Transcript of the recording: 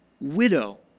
widow